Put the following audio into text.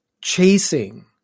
chasing